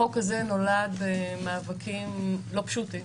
החוק הזה נולד במאבקים לא פשוטים